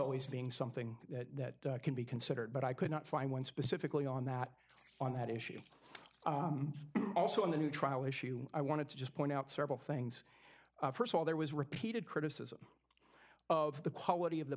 always being something that can be considered but i could not find one specifically on that on that issue also in the new trial issue i wanted to just point out several things st of all there was repeated criticism of the quality of the